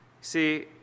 See